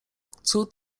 cud